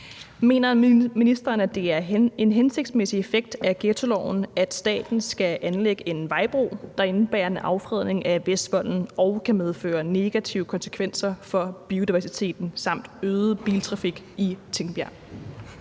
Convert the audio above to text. Mener ministeren, at det er en hensigtsmæssig effekt af ghettoloven, at staten skal anlægge en vejbro, der indebærer en affredning af Vestvolden og kan medføre negative konsekvenser for biodiversiteten samt øget biltrafik i Tingbjerg?